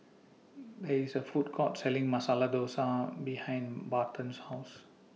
There IS A Food Court Selling Masala Dosa behind Barton's House